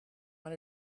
want